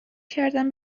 کردم